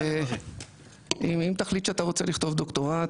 אז אם תחליט שאתה רוצה לכתוב דוקטורט,